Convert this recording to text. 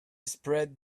spread